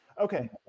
okay